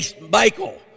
Michael